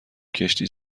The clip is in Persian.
کشتی